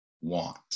want